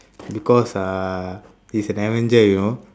because uh he's a avenger you now